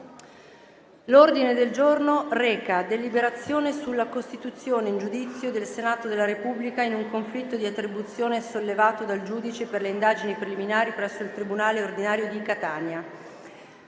L'ordine del giorno reca la deliberazione per la costituzione in giudizio del Senato della Repubblica per resistere in un conflitto di attribuzione sollevato dal giudice per le indagini preliminari presso il tribunale ordinario di Catania.